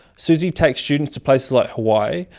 suzy takes students to places like hawaii,